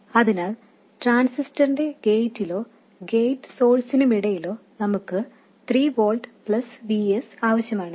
അതിനാൽ ട്രാൻസിസ്റ്ററിന്റെ ഗേറ്റിലോ ഗേറ്റ് സോഴ്സിനിടയിലോ നമുക്ക് 3 വോൾട്ട് പ്ലസ് Vs ആവശ്യമാണ്